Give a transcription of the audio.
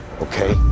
okay